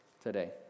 today